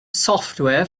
software